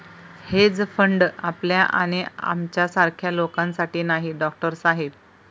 hedge fund आपल्या आणि आमच्यासारख्या लोकांसाठी नाही, डॉक्टर साहेब